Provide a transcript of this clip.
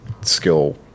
skill